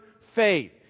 faith